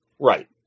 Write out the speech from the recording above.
right